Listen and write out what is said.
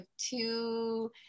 two